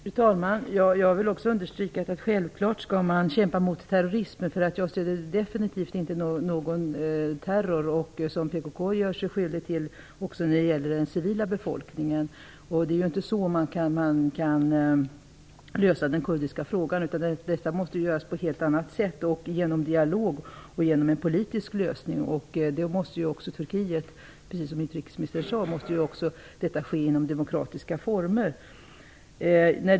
Fru talman! Också jag vill understryka att man självfallet skall kämpa mot terrorism. Jag stödjer definitivt inte någon terror, vilket PKK har gjort sig skyldigt till också när det gäller den civila befolkningen. Den kurdiska frågan kan inte lösas med sådana metoder, utan det måste ske på helt annat sätt, genom dialog och genom en politisk lösning. Precis som utrikesministern sade måste detta ske i demokratiska former.